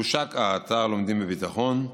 הושק האתר "לומדים בביטחון"